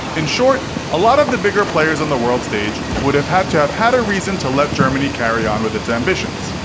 in short, a lot of the bigger players on the world stage would have have to have a reason to let germany carry on with its ambitions.